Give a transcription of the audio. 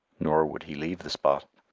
nor would he leave the spot.